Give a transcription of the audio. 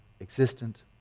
existent